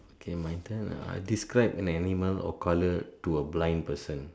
okay my turn ah describe an animal or colour to a blind person